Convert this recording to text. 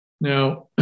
Now